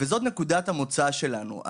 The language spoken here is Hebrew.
וזאת נקודת המוצא שלנו.